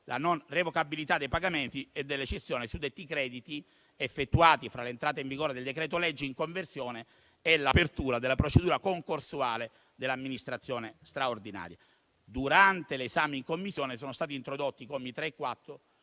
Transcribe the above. la non revocabilità dei pagamenti e delle cessioni dei suddetti crediti effettuati fra l'entrata in vigore del decreto-legge in conversione e l'apertura della procedura concorsuale dell'amministrazione straordinaria. Durante l'esame in Commissione sono stati introdotti i commi 3 e 4,